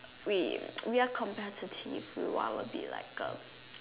we we are competitive we want to be like uh